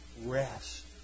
rest